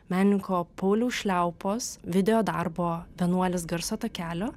menininko pauliaus šliaupos videodarbo vienuolis garso takelio